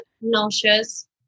nauseous